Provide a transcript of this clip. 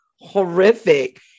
horrific